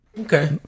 Okay